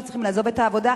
שצריכים לעזוב את העבודה,